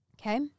Okay